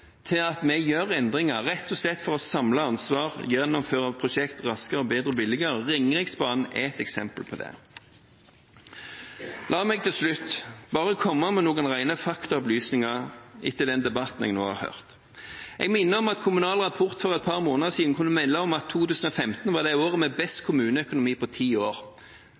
til at vi gjør endringer, rett og slett for å samle ansvar, gjennomføre prosjekt raskere, bedre og billigere. Ringeriksbanen er et eksempel på det. La meg til slutt komme med noen rene faktaopplysninger etter den debatten jeg nå har hørt. Jeg minner om at Kommunal Rapport for et par måneder siden kunne melde om at 2015 var det året med best kommuneøkonomi på ti år